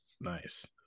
Nice